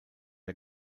der